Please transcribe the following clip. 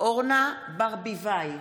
אורנה ברביבאי,